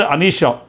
Anisha